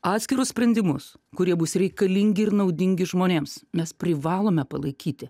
atskirus sprendimus kurie bus reikalingi ir naudingi žmonėms mes privalome palaikyti